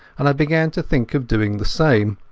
and i began to think of doing the same.